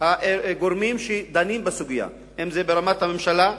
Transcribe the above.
הגורמים שדנים בסוגיה, אם זה ברמת הממשלה,